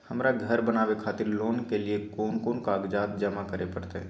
हमरा धर बनावे खातिर लोन के लिए कोन कौन कागज जमा करे परतै?